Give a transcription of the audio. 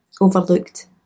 overlooked